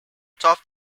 top